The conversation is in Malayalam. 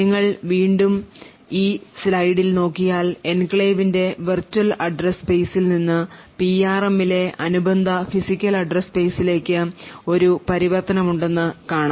നിങ്ങൾ വീണ്ടും ഈ സ്ലൈഡിൽ നോക്കിയാൽ എൻക്ലേവിൻറെ വിർച്വൽ അഡ്രസ് സ്പെയ്സിൽ നിന്ന് പിആർഎമ്മിലെ അനുബന്ധ ഫിസിക്കൽ അഡ്രസ് സ്പെയ്സിലേക്ക് ഒരു പരിവർത്തനം ഉണ്ടെന്ന് കാണാം